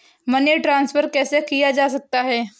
Money transfer कैसे किया जा सकता है?